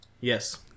Yes